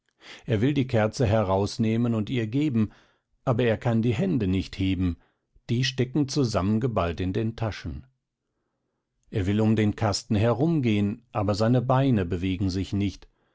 er will die kerze herausnehmen und ihr geben aber er kann die hände nicht heben die stecken zusammengeballt in den taschen er will um den kasten herumgehen aber seine beine bewegen sich nicht